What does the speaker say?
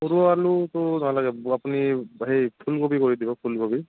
সৰু আলুটো নালাগে আপুনি সেই ফুলকবি কৰি দিয়ক ফুলকবি